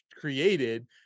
created